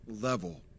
level